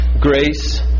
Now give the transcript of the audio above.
grace